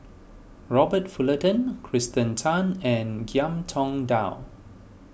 Robert Fullerton Kirsten Tan and Ngiam Tong Dow